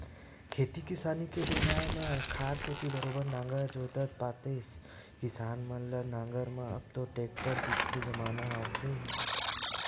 खेती किसानी के दिन आय म खार कोती बरोबर नांगर जोतत पातेस किसान मन ल नांगर म अब तो टेक्टर दिखथे जमाना ओखरे हे